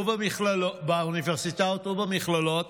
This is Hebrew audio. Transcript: באוניברסיטאות ובמכללות,